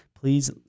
please